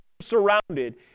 surrounded